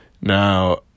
Now